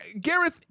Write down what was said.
Gareth